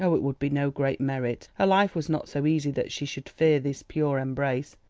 oh, it would be no great merit. her life was not so easy that she should fear this pure embrace.